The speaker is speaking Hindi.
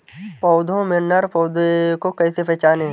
पौधों में नर पौधे को कैसे पहचानें?